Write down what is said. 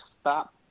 stop